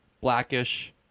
Blackish